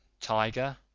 Tiger